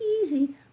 easy